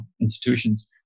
institutions